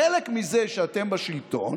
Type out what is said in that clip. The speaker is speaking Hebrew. חלק מזה שאתם בשלטון